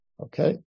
Okay